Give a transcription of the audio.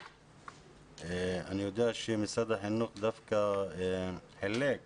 אני יודע שמשרד החינוך דווקא חילק